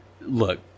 Look